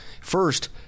First